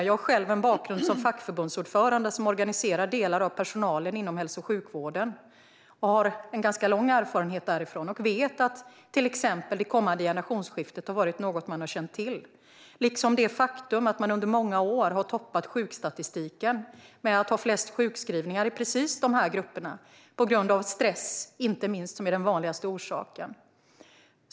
Jag har själv en bakgrund som ordförande för ett fackförbund som organiserar delar av personalen inom hälso och sjukvården. Jag har en ganska lång erfarenhet därifrån och vet att man länge har känt till det kommande generationsskiftet liksom det faktum att medlemmarna under många år har toppat sjukstatistiken med flest sjukskrivningar på grund av inte minst stress, som är den vanligaste orsaken.